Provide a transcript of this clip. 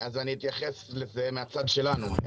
אני אתייחס לזה מהצד שלנו.